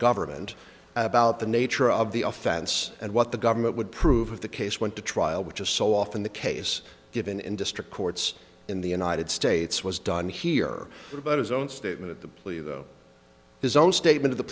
government about the nature of the offense and what the government would prove the case went to trial which is so often the case given in district courts in the united states was done here about his own statement the plea though his own statement